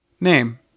name